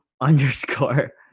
underscore